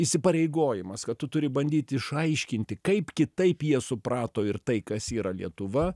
įsipareigojimas kad tu turi bandyti išaiškinti kaip kitaip jie suprato ir tai kas yra lietuva